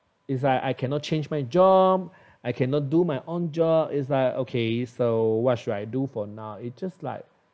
is like I cannot change my job I cannot do my own job is like okay so what should I do for now it's just like